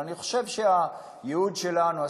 אני חושב שהייעוד שלנו,